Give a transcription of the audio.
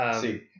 see